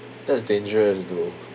that's dangerous though